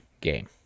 game